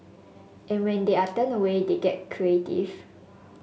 and when they are turned away they get creative